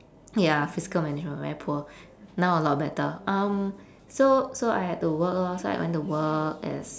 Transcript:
ya fiscal management very poor now a lot better um so so I had to work lor so I went to work as